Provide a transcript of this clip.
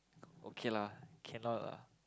okay lah cannot lah